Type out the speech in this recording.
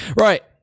Right